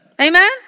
Amen